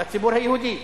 לציבור היהודי.